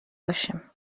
باشیم